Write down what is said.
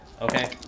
Okay